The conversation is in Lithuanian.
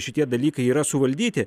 šitie dalykai yra suvaldyti